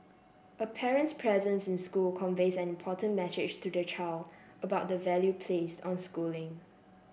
a parent's presence in school conveys an important message to the child about the value placed on schooling